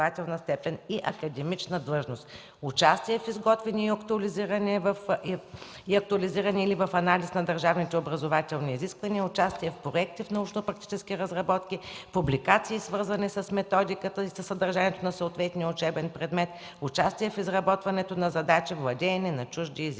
участие в изготвения и актуализиран анализ на държавните образователни изисквания, участие в проекти, в научно-практически разработки, публикации, свързани с методиката и със съдържанието на съответния учебен предмет, участие в изработването на задача, владеене на чужди езици.